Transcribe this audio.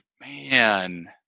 man